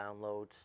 downloads